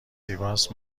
زیباست